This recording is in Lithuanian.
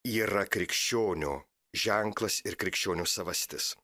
yra krikščionio ženklas ir krikščionio savastis